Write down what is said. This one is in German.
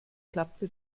klappte